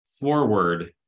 forward